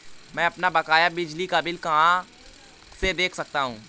मैं अपना बकाया बिजली का बिल कहाँ से देख सकता हूँ?